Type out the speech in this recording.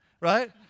right